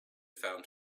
found